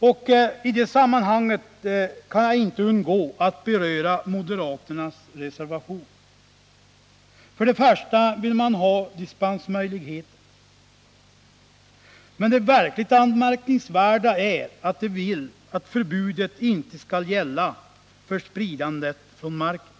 I det sammanhanget kan jag inte underlåta att beröra moderaternas reservation. Först och främst vill man ha dispensmöjligheter. Men det verkligt anmärkningsvärda är att man vill att förbudet inte skall gälla för spridande från marken.